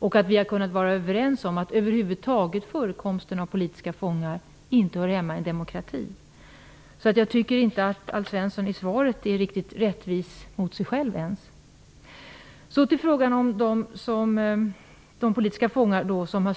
Vi har också kunnat vara överens om att politiska fångar inte hör hemma i en demokrati. Jag tycker inte att Alf Svensson ens är rättvis mot sig själv i svaret. Så till frågan om de politiska fångar som